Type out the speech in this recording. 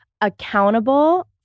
accountable